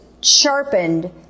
sharpened